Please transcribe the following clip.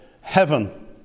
heaven